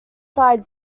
side